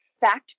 fact